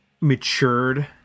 matured